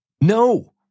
No